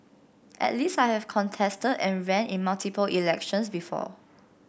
at least I have contested and ran in multiple elections before